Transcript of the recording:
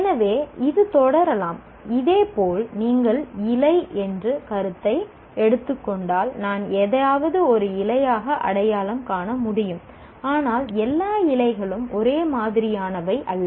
எனவே இது தொடரலாம் இதேபோல் நீங்கள் இலை என்ற கருத்தை எடுத்துக் கொண்டால் நான் எதையாவது ஒரு இலையாக அடையாளம் காண முடியும் ஆனால் எல்லா இலைகளும் ஒரே மாதிரியானவை அல்ல